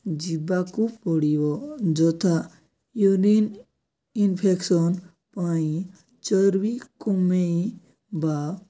ଯିବାକୁ ପଡ଼ିବ ଯଥା ୟୁରିନ୍ ଇନଫେକ୍ସନ୍ ପାଇଁ ଚର୍ବି କମେଇବା